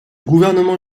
gouvernement